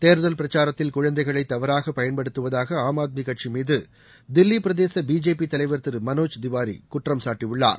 தேர்தல் பிரச்சாரத்தில் குழந்தைகளை தவறாக பயன்படுத்துவதாக ஆம் ஆத்மி கட்சி மீது தில்லி பிரதேச பிஜேபி தலைவர் திரு மனோஜ் திவாரி குற்றம்சாட்டியுள்ளார்